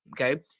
okay